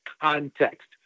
context